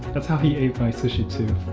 that's how he ate my sushi, too.